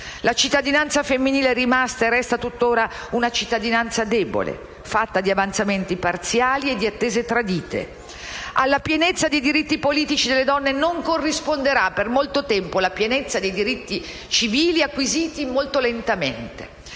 La cittadinanza femminile é rimasta e resta tuttora una cittadinanza debole, fatta di avanzamenti parziali e di attese tradite. Alla pienezza dei diritti politici delle donne non corrisponderà per molto tempo la pienezza dei diritti civili, acquisiti molto lentamente.